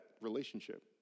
relationship